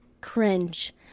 cringe